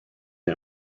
him